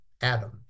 Adam